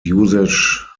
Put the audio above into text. usage